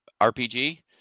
RPG